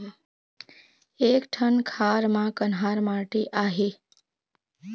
एक ठन खार म कन्हार माटी आहे?